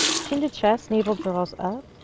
chin to chest, navel draws up,